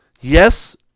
yes